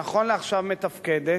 שנכון לעכשיו מתפקדת,